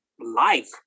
life